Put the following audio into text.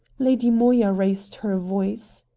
lady moya raised her voice.